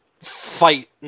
fight